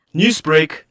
Newsbreak